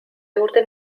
juurde